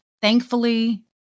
thankfully